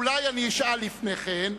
אולי אני אשאל לפני כן.